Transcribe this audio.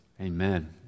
Amen